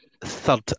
third